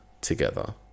together